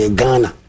Ghana